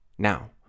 Now